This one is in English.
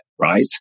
right